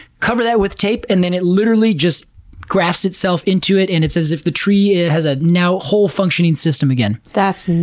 cover that with tape, and then it literally just grafts itself into it, and it's as if the tree has a now whole-functioning system again. that's